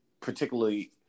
particularly